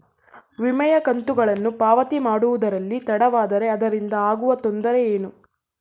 ವಿಮೆಯ ಕಂತುಗಳನ್ನು ಪಾವತಿ ಮಾಡುವುದರಲ್ಲಿ ತಡವಾದರೆ ಅದರಿಂದ ಆಗುವ ತೊಂದರೆ ಏನು?